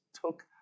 took